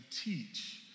teach